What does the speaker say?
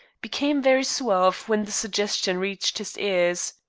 became very suave when the suggestion reached his ears.